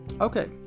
Okay